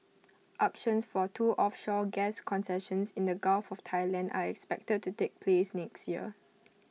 auctions for two offshore gas concessions in the gulf of Thailand are expected to take place next year